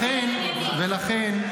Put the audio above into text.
לכן,